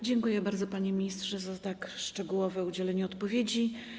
Dziękuję bardzo, panie ministrze, za tak szczegółowe udzielenie odpowiedzi.